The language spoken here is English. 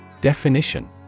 Definition